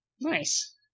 Nice